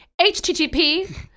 HTTP